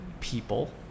people